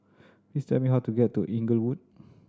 please tell me how to get to Inglewood